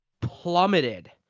plummeted